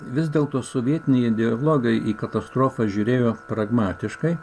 vis dėlto sovietiniai ideologai į katastrofą žiūrėjo pragmatiškai